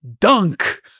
Dunk